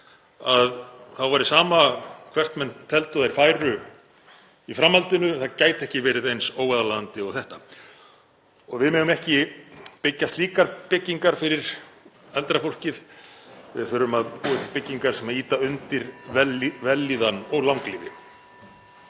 væri sama hvert menn teldu að þeir færu í framhaldinu, það gæti ekki verið eins óaðlaðandi og þetta. Við megum ekki byggja slíkar byggingar fyrir eldra fólkið. Við þurfum að búa til byggingar sem ýta undir vellíðan og langlífi.